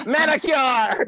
Manicure